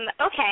Okay